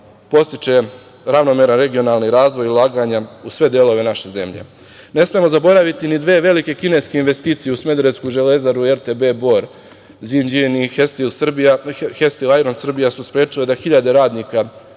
podstiče ravnomeran regionalni razvoj ulaganja u sve delove naše zemlje. Ne smemo zaboraviti ni dve velike kineske investicije u smederevsku Železaru i RTB Bor, iz Inđije ni "Hesteel Serbia Iron & Steel" su sprečili da hiljade radnika